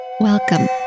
Welcome